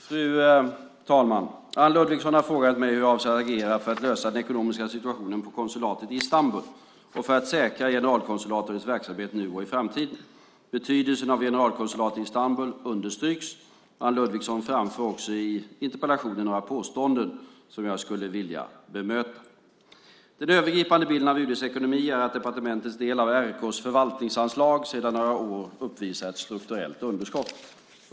Fru talman! Anne Ludvigsson har frågat mig hur jag avser att agera för att lösa den ekonomiska situationen på konsulatet i Istanbul och för att säkra generalkonsulatet och dess verksamhet nu och i framtiden. Betydelsen av generalkonsulatet i Istanbul understryks. Anne Ludvigsson framför också i interpellationen några påståenden som jag skulle vilja bemöta. Den övergripande bilden av UD:s ekonomi är att departementets del av RK:s förvaltningsanslag sedan några år uppvisar ett strukturellt underskott.